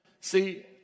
See